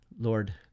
Lord